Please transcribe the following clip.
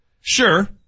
Sure